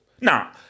Now